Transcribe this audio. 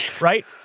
Right